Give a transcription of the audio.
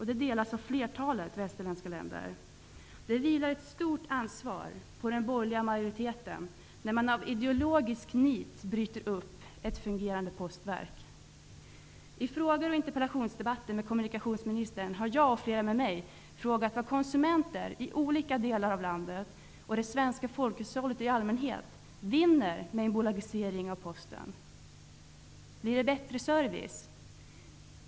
Den delas av ett flertal västerländska länder. Det vilar ett stort ansvar på den borgerliga majoriteten när de av ideologiskt nit bryter upp ett fungerande postverk. I fråge och interpellationsdebatter med kommunikationsministern har jag och flera med mig frågat vad konsumenter i olika delar av landet och det svenska folkhushållet i allmänhet vinner med en bolagisering av Posten. Blir det bättre service?